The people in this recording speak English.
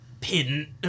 pin